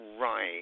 Right